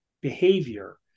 behavior